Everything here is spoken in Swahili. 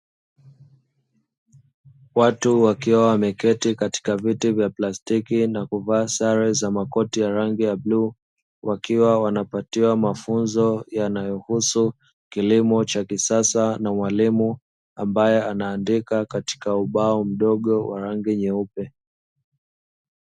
Watu wakiwa wameketi katika viti vya plastiki, na kuvaa sare za makoti ya rangi ya bluu, wakiwa wanapatiwa mafunzo yanayohusu kilimo cha kisasa, na mwalimu ambaye anaandika katika ubao mdogo wa rangi nyeupe.